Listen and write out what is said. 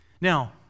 Now